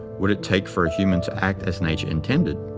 would it take for a human to act as nature intended?